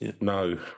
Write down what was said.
No